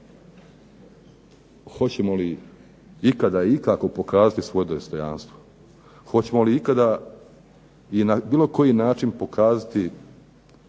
Hoćemo li ikada i ikako pokazati svoje dostojanstvo. Hoćemo li ikada i na bilo koji način pokazati